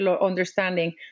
understanding